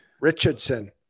Richardson